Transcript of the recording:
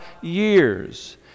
years